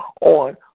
on